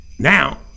Now